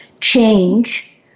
change